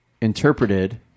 interpreted